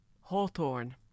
hawthorn